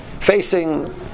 facing